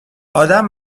ادم